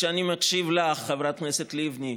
שבהחלט לשיטתה של חברת הכנסת לבני,